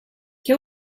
què